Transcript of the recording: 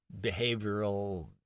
behavioral